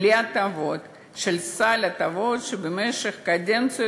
בלי הטבות של סל הטבות שבמשך קדנציות